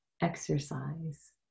exercise